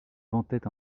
ventait